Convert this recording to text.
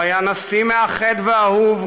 הוא היה נשיא מאחד ואהוב,